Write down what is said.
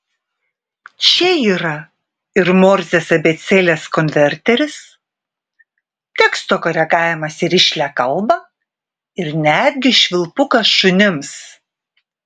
čia yra ir morzės abėcėlės konverteris teksto koregavimas į rišlią kalbą ir netgi švilpukas šunims